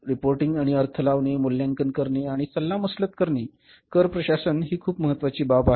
reporting आणि अर्थ लावणे मूल्यांकन करणे आणि सल्लामसलत करणे कर प्रशासन ही खूप महत्वाची बाब आहे